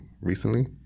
recently